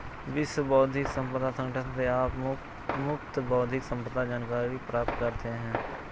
विश्व बौद्धिक संपदा संगठन से आप मुफ्त बौद्धिक संपदा जानकारी प्राप्त करते हैं